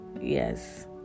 yes